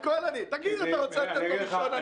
תגיד שאתה רוצה לתת לו ראשון,